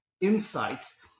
Insights